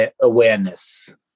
awareness